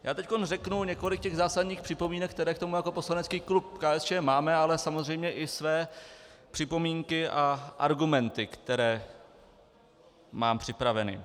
Já teď řeknu několik zásadních připomínek, které k tomu jako poslanecký klub KSČM máme, ale samozřejmě i své připomínky a argumenty, které mám připraveny.